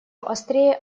острее